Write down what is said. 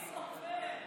מי סופר?